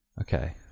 Okay